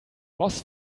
was